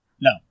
No